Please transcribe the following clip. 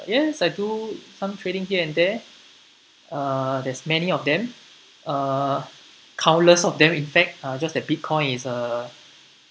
yes I do some trading here and there uh there's many of them uh countless of them in fact uh just that bitcoin is uh